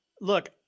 look